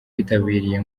witabiriye